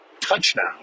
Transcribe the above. touchdown